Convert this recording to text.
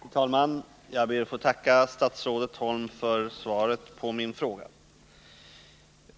Fru talman! Jag ber att få tacka statsrådet Holm för svaret på min fråga.